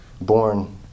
born